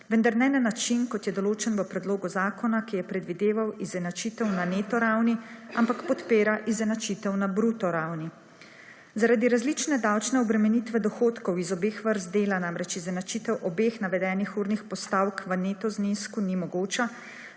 vendar ne na način, kot je določen v Predlogu zakona, ki je predvideval izenačitev na neto ravni, ampak podpira izenačitev na bruto ravni. Zaradi različne davčne obremenitve dohodkov iz obeh vrst dela, namreč izenačitev obeh navedenih urnih postavk v neto znesku ni mogoča.